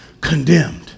condemned